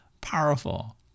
powerful